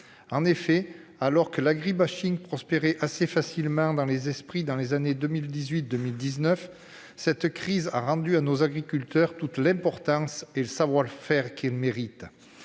En effet, alors que l'agribashing prospérait assez facilement dans les esprits dans les années 2018-2019, cette crise a rendu à nos agriculteurs toute l'importance qu'ils méritent